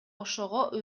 ошого